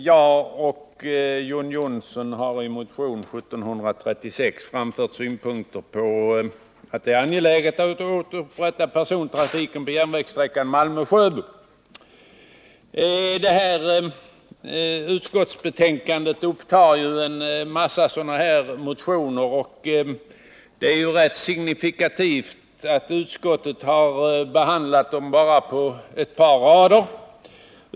Herr talman! John Johnsson och jag har i motion 1736 framfört synpunkter på angelägenheten av att återupprätta persontrafiken på järnvägssträckan Malmö-Sjöbo. I betänkandet behandlas en mängd liknande motioner, och det är signifikativt att utskottet har behandlat dem på bara ett par rader.